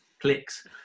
clicks